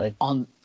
on